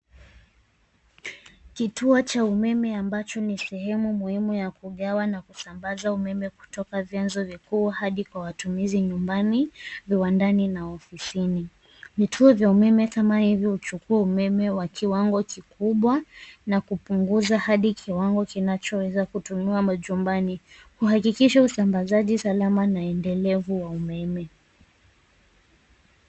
Kituo cha umeme ambayo ni sehemu muhimu ya kugawa na kusambaza umeme kutoka vyanzo vikuu Hadi matumizi nyumbi, viwandani na ofisini. Vituo vya umeme kama hivyo huchukua umeme wa kiwango kikubwa na kupunguza Hadi kiwango kinachoweza kutumiwa majumbanai. Huhakukisha usalama na maendelevu ya umeme.